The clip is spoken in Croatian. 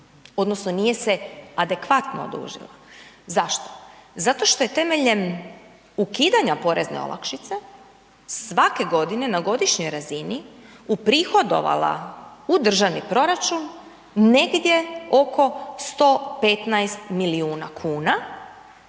odnosno nije se adekvatno odužila. Zašto? Zato što je temeljem ukidanja porezne olakšice, svake godine na godišnjoj razini uprihodovala u državni proračun negdje oko 115 milijuna kuna